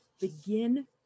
begin